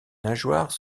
nageoires